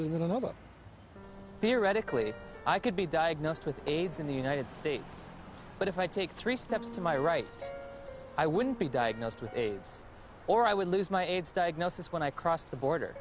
not theoretically i could be diagnosed with aids in the united states but if i take three steps to my right i wouldn't be diagnosed with aids or i would lose my aids diagnosis when i crossed the border